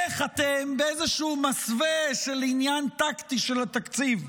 איך אתם, באיזשהו מסווה של עניין טקטי של התקציב,